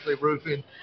Roofing